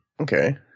Okay